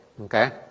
okay